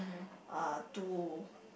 uh to